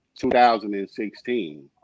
2016